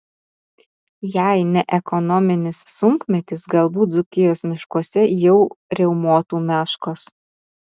jei ne ekonominis sunkmetis galbūt dzūkijos miškuose jau riaumotų meškos